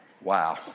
Wow